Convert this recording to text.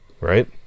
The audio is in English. right